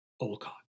Olcott